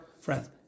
friends